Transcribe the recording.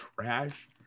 trash